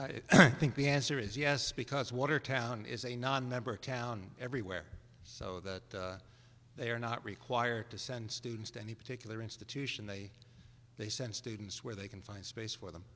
i think the answer is yes because watertown is a nonmember town everywhere so that they are not required to send students to any particular institution they they send students where they can find space for them